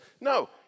No